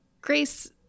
Grace